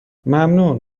ممنون